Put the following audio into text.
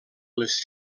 les